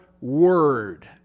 word